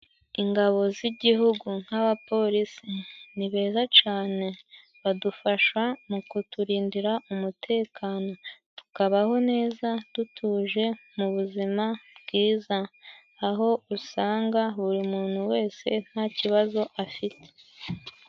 Ingabo z'igihugu nk'abapolisi ni beza cane badufasha mu kuturindira umutekano tukabaho neza dutuje mu buzima bwiza aho usanga buri muntu wese nta kibazo afite.